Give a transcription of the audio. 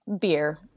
beer